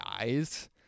eyes